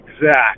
exact